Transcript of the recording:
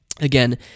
again